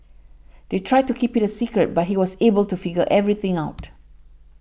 they tried to keep it a secret but he was able to figure everything out